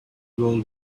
will